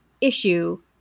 issue